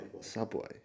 Subway